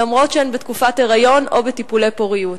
למרות שהן בהיריון או בטיפולי פוריות.